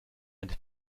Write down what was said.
and